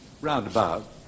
roundabout